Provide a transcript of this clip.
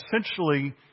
essentially